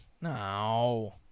No